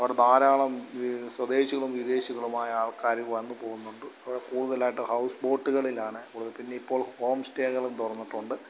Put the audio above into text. അവിടെ ധാരാളം സ്വദേശികളും വിദേശികളുമായ ആൾക്കാർ വന്നുപ്പോകുന്നുണ്ട് അവിടെ കൂടുതലായിട്ട് ഹൗസ് ബോട്ട്കളിലാണ് കൂടുതൽ പിന്നെയിപ്പോൾ ഹോം സ്റ്റേകളും തുറന്നിട്ടുണ്ട്